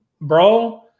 bro